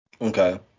Okay